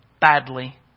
badly